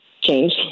change